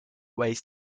waste